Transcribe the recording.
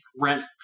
rent